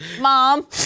Mom